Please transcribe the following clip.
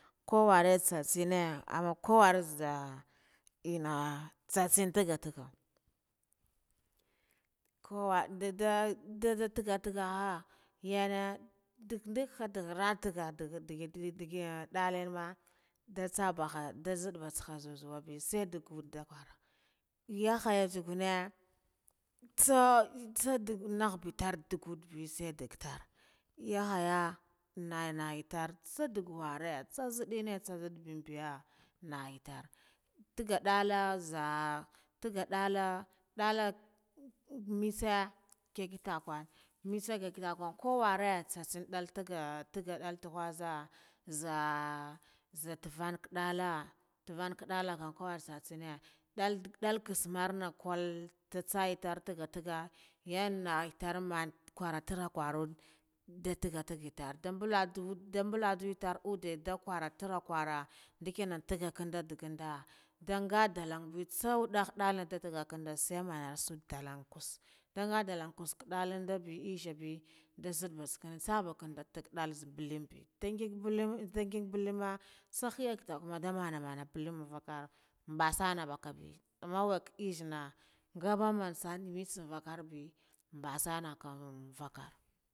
Kuwari tsatsene amma kwwari nzah enna tsatson tagga tagga kawar nda dah tagga taggaha nyune dak ndukha khara tagga ndiga dake enna ma nda tsabaha nda nbidd bah zuzuwube sai zug da parah, yahe tsagana tsatsa dagga nhabe tar duganabe sai daggatar ya yahaya naye naye tsar tsa dagga wari tsa nziddene tsa nziddebeya naye tor tagga daka nza taga dalla dalla nutsa nga kitakwe mitsaga kitakwe kuwari tsa tsan dalle tagga ah dagga dall tuwaza, zah zatufan tugala tukan khaddala kan kawai tsatsene dall dall kasmar ne kwal tatsa enara da tagga tagga yar naha mana kara tagga tagga ndah tagga tagga itar nda baladu nda bala du yutar uddde nda kwara tarra kwara ndikuna tagga ndu gunda nda nga dallan with tsau wedahe dane nda tagal kandu sai manaha dallan kas, nda nga dalan kuskudananbe dalanbe izebe nda nzidda basaka ntsabakanda, dalbe nzidde mbuleme be mbalama tsahaya nda mana mana nvakar mbasana mbakabe, amma wak izenna ngaba mansa mitsana kakarbe mbasaka.